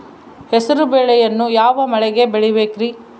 ಹೆಸರುಬೇಳೆಯನ್ನು ಯಾವ ಮಳೆಗೆ ಬೆಳಿಬೇಕ್ರಿ?